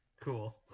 Cool